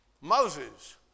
Moses